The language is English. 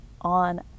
on